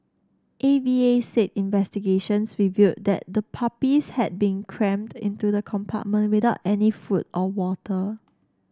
A V A said investigations revealed that the puppies had been crammed into the compartment without any food or water